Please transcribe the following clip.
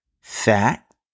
Fat